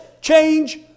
change